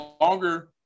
longer